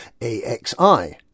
AXI